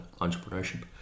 entrepreneurship